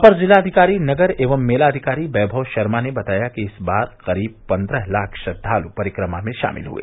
अपर जिलाधिकारी नगर एवं मेलाधिकारी वैभव शर्मा ने बताया कि इस बार करीब पन्द्रह लाख श्रद्वालु परिक्रमा में शामिल हुए